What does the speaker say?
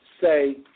say